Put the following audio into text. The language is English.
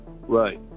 Right